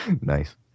Nice